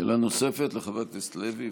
שאלה נוספת לחבר הכנסת לוי.